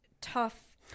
tough